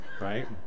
right